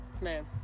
Man